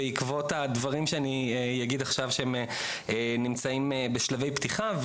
בעקבות הדברים שאני אגיד עכשיו שנמצאים בשלבי פתיחה.